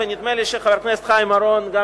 אבל נדמה לי שחבר הכנסת חיים אורון גם